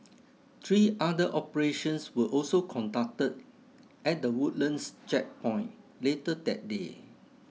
three other operations were also conducted at the Woodlands Checkpoint later that day